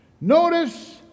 Notice